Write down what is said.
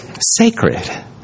sacred